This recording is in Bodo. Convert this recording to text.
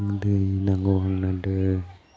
दै नांगौ आंनो दै